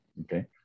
Okay